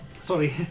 sorry